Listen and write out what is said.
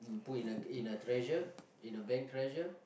mm put in a in a treasure in a bank treasure